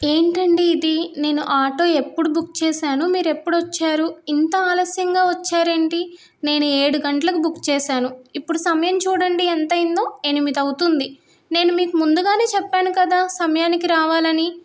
ఏంటండి ఇది నేను ఆటో ఎప్పుడు బుక్ చేశాను మీరు ఎప్పుడ వచ్చారు ఇంత ఆలస్యంగా వచ్చారేంటి నేను ఏడు గంటలకు బుక్ చేశాను ఇప్పుడు సమయం చూడండి ఎంతయిందో ఎనిమిద అవుతుంది నేను మీకు ముందుగానే చెప్పాను కదా సమయానికి రావాలని